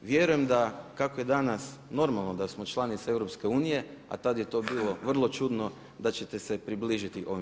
Vjerujem da kako je danas normalno da smo članica EU, a tad je to bilo vrlo čudno da ćete se približiti ovim